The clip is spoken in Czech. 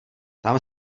tam